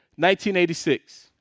1986